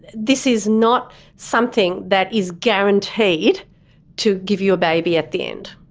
this is not something that is guaranteed to give you a baby at the end.